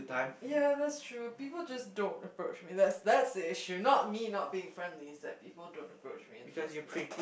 ya people that's true people just don't approach me that that's the issue not me not being friendly it's that people don't approach me in the first place